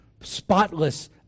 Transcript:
Spotless